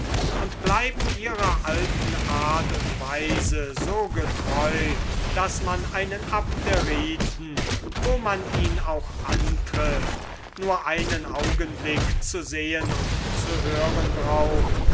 und bleiben ihrer alten abderitischen art und weise so getreu daß man einen abderiten wo man ihn auch antrifft nur einen augenblick zu sehen braucht